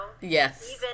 yes